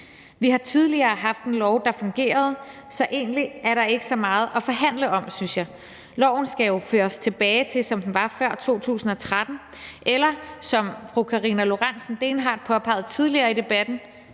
Vi har tidligere haft en lov, der fungerede, så egentlig er der ikke så meget at forhandle om, synes jeg. Loven skal føres tilbage til sådan, som den var før 2013, eller vi kan jo, som fru Karina Lorentzen Dehnhardt påpegede tidligere i debatten,